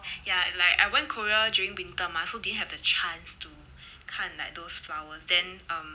ya and like I went korea during winter mah so didn't have the chance to 看 like those flower then um